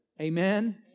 Amen